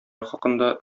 хакында